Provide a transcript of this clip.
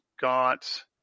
got